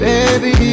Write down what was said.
Baby